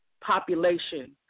population